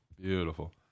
Beautiful